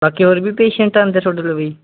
ਬਾਕੀ ਹੋਰ ਵੀ ਪੇਸ਼ੈਂਟ ਆਉਂਦੇ ਤੁਹਾਡੇ ਲਵੇ ਜੀ